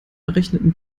errechneten